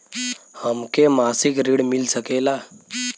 हमके मासिक ऋण मिल सकेला?